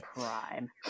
Prime